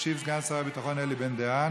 ישיב סגן שר הביטחון אלי בן-דהן.